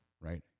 Right